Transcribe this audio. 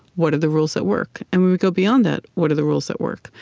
what are the rules that work? and when we go beyond that, what are the rules that work?